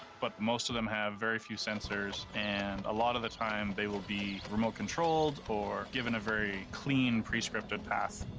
but most of them have very few sensors, and a lot of the time, they will be remote-controlled, or given a very clean, pre-scripted path,